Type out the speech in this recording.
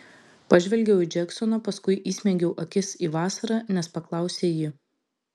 pažvelgiau į džeksoną paskui įsmeigiau akis į vasarą nes paklausė ji